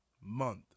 month